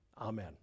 Amen